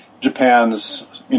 Japan's